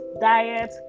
diet